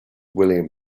william